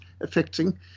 affecting